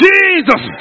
Jesus